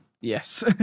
Yes